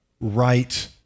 right